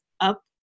up